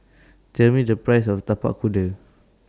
Tell Me The Price of Tapak Kuda